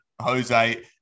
Jose